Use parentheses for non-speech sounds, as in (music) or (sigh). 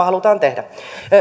(unintelligible) halutaan tehdä